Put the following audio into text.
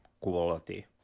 quality